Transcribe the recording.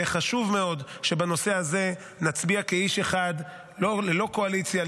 חשוב מאוד שבנושא הזה נצביע כאיש אחד ללא קואליציה,